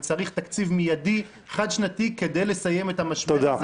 וצריך תקציב מיידי חד-שנתי כדי לסיים את המשבר -- תודה.